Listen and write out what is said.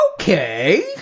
okay